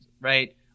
right